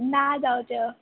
ना जावच्यो